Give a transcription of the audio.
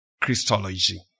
Christology